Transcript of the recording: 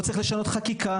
לא צריך לשנות חקיקה,